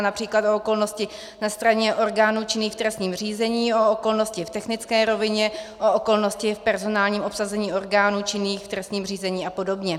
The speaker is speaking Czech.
Například o okolnosti na straně orgánů činných v trestním řízení, o okolnosti v technické rovině, o okolnosti v personálním obsazení orgánů činných v trestním řízení apod.